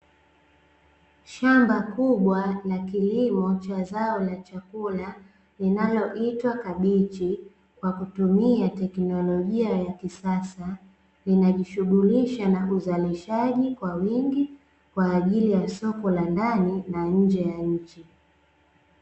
Shamba kubwa la kilimo cha zao la chakula linaloitwa kabichi, kwa kutumia teknolojia ya kisasa, linajishughulisha na uzalishaji kwa wingi kwa ajili ya soko la ndani na nje ya nchi.